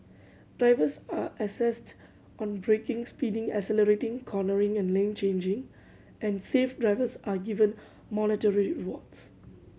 drivers are assessed on braking speeding accelerating cornering and lane changing and safe drivers are given monetary rewards